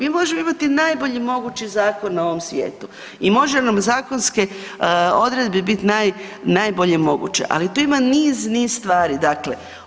Mi možemo imati najbolji mogući zakon na ovom svijetu i može nam zakonske odredbe biti najbolje moguće, ali tu ima niz, niz stvari, dakle.